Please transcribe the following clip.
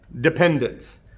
dependence